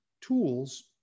tools